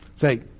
Say